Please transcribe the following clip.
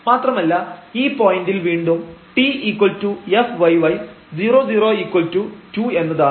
മാത്രമല്ല ഈ പോയന്റിൽ വീണ്ടും tfyy 002 എന്നതാണ്